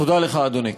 תודה לך, אדוני.